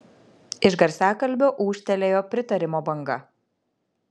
iš garsiakalbio ūžtelėjo pritarimo banga